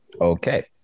Okay